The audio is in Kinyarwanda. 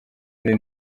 indi